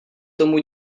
tomu